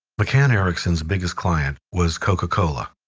mccann erickson's biggest client was coca-cola.